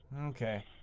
Okay